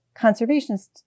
conservationists